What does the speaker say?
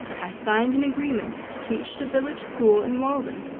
i signed an agreement to teach the village school in walden.